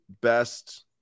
best